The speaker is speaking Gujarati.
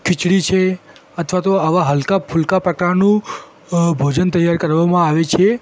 ખિચડી છે અથવા તો આવાં હલકા ફૂલકા પ્રકારનું અ ભોજન તૈયાર કરવામાં આવે છે